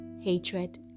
hatred